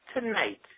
tonight